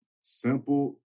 simple